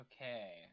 okay